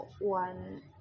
one